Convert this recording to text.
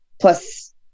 plus